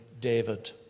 David